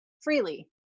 freely